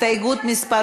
הסתייגות מס'